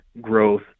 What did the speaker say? growth